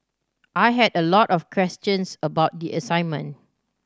I had a lot of questions about the assignment